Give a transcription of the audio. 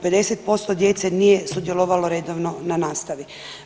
50% djece nije sudjelovalo redovno na nastavi.